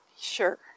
Sure